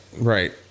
Right